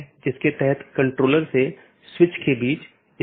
जिसके माध्यम से AS hops लेता है